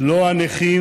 לא את הנכים,